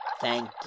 Thank